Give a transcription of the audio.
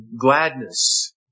gladness